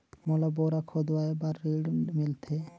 मोला बोरा खोदवाय बार ऋण मिलथे?